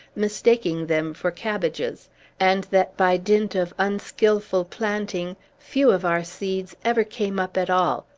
mistaking them for cabbages and that by dint of unskilful planting few of our seeds ever came up at all,